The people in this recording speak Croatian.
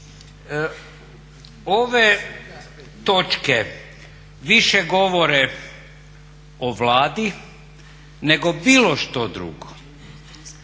Ove točke više govore o Vladi nego bilo što drugo.